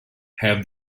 have